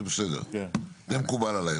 זה מקובל עליי.